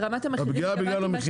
הפגיעה בגלל המחיר.